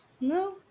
No